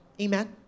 Amen